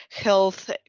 health